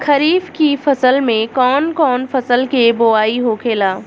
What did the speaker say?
खरीफ की फसल में कौन कौन फसल के बोवाई होखेला?